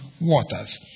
Waters